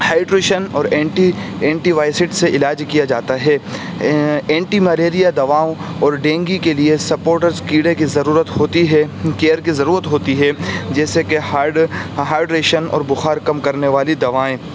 hydration اور anti anti وائسیٹ سے علاج کیا جاتا ہے اینٹی ملیریا دواؤں اور ڈینگی کے لیے سپوٹرس کیڑے کی ضرورت ہوتی ہے کیئر کی ضرورت ہوتی ہے جیسے کہ ہائیڈریشن اور بخار کم کرنے والی دوائیں